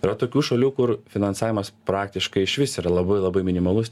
yra tokių šalių kur finansavimas praktiškai išvis yra labai labai minimalus